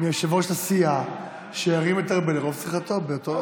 מיושב-ראש הסיעה שירים את ארבל על ראש שמחתו באותו,